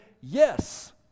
yes